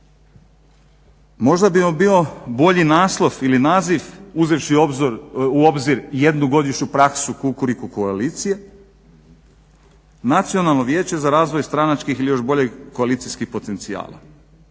Možda mi bu bio bolji naslovi ili naziv uzevši u obzir jednu godišnju praksu Kukuriku koalicije Nacionalno vijeće za razvoj stranačkih ili još bolje koalicijskih potencijala.